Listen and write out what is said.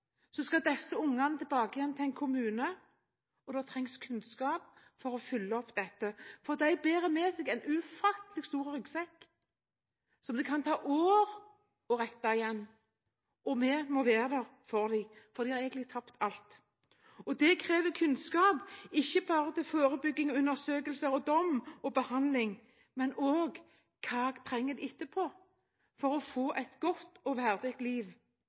Så er det ikke bare slik at vi trenger kunnskap for å se. Vi trenger også kunnskap når dommen er ferdig, de første undersøkelsene er ferdige, og barnehuset har gjort sin jobb. Da skal disse ungene tilbake igjen til en kommune, og da trengs kunnskap for å fylle opp dette. De bærer med seg en ufattelig stor ryggsekk, det kan ta år å rette det opp igjen, og vi må være der for dem, for de har egentlig tapt alt. Det krever kunnskap, ikke